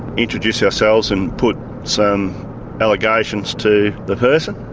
introduce ourselves and put some allegations to the person.